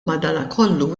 madanakollu